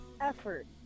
effort